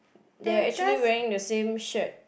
they're actually wearing the same shirt